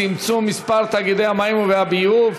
צמצום מספר תאגידי המים והביוב),